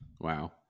Wow